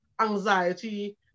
anxiety